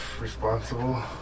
responsible